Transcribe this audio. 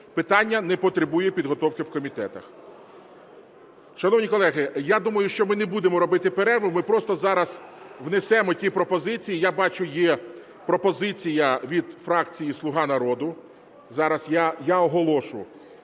Питання не потребує підготовки в комітетах. Шановні колеги, я думаю, що ми не будемо робити перерву, ми просто зараз внесемо ті пропозиції. Я бачу, є пропозиція від фракції "Слуга народу". Зараз я оголошу.